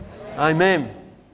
Amen